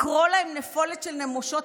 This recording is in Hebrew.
לקרוא להם נפולת של נמושות?